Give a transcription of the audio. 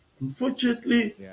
Unfortunately